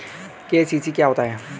KCC क्या होता है?